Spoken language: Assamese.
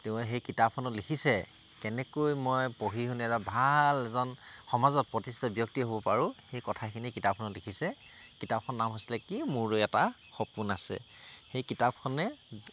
তেওঁ সেই কিতাপখনত লিখিছে কেনেকৈ মই পঢ়ি শুনি এটা ভাল এজন সমাজত প্ৰতিষ্ঠিত ব্যক্তি হ'ব পাৰোঁ সেই কথাখিনি কিতাপখনত লিখিছে কিতাপখনৰ নাম হৈছিলে কি মোৰো এটা সপোন আছে সেই কিতাপখনে